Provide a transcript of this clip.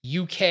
UK